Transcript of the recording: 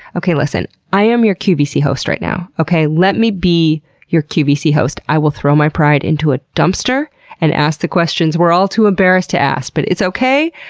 okay, listen, i am your qvc host right now. let me be your qvc host, i will throw my pride into a dumpster and ask the questions we're all too embarrassed to ask. but it's okay,